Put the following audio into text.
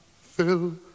fill